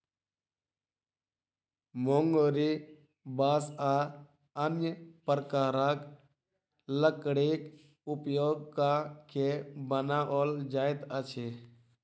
मुंगरी बाँस आ अन्य प्रकारक लकड़ीक उपयोग क के बनाओल जाइत अछि